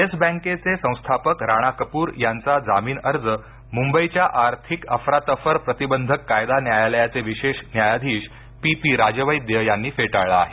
yes बॅंकेचे संस्थापक राणा कपूर यांचा जामीन अर्ज मुंबईच्या आर्थिक अफरातफर प्रतिबंधक कायदा न्यायालयाचे विशेष न्यायाधीश पी पी राजवैद्य यांनी फेटाळला आहे